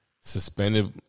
suspended